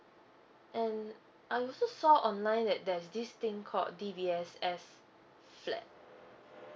mm I also saw online that there's this thing called D_B_S_S flat